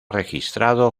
registrado